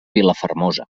vilafermosa